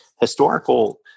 historical